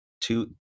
Two